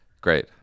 Great